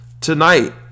tonight